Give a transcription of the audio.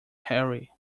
harry